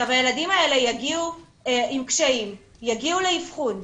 הילדים האלה יגיעו עם קשיים, יגיעו לאבחון,